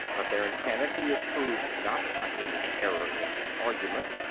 but their insanity is proved not by any error in their argument,